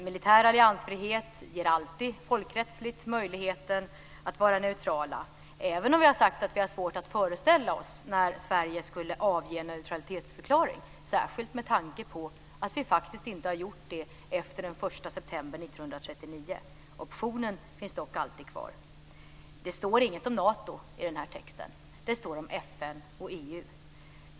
Militär alliansfrihet ger alltid folkrättsligt möjligheten att vara neutral, även om vi har sagt att vi har svårt att föreställa oss när Sverige skulle avge en neutralitetsförklaring, särskilt med tanke på att vi faktiskt inte har gjort det efter den Det står inget om Nato i den här texten. Det står om FN och EU.